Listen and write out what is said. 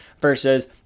versus